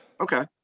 Okay